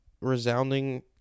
resounding